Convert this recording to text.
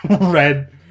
red